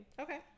Okay